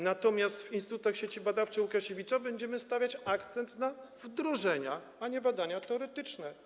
Natomiast w instytutach Sieci Badawczej: Łukasiewicz będziemy kłaść akcent na wdrożenia, a nie na badania teoretyczne.